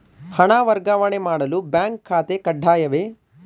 ಹಣ ವರ್ಗಾವಣೆ ಮಾಡಲು ಬ್ಯಾಂಕ್ ಖಾತೆ ಕಡ್ಡಾಯವೇ?